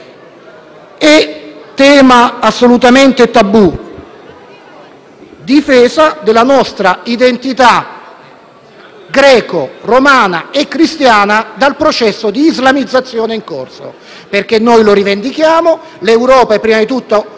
Tema assolutamente tabù: difesa della nostra identità greco, romana e cristiana dal processo di islamizzazione in corso. Noi lo rivendichiamo: l'Europa è prima di tutto basata